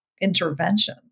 intervention